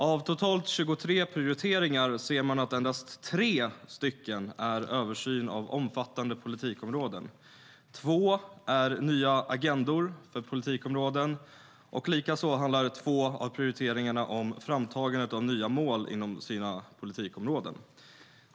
Av totalt 23 prioriteringar ser man att endast tre är översyn av omfattande politikområden. Två är nya agendor för politikområden, och likaså handlar två av prioriteringarna om framtagandet av nya mål inom sina politikområden.